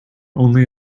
only